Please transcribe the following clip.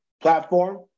platform